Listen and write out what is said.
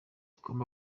ugomba